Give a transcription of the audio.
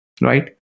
right